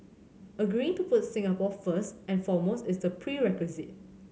agreeing to put Singapore first and foremost is the prerequisite